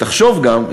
תחשוב גם,